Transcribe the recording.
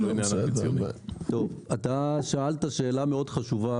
אתה שאלת שאלה מאוד חשובה,